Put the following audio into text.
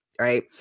right